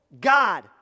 God